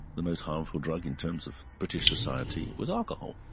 the most harmful drug in terms of british society was alcohol,